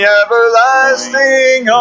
everlasting